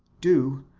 do,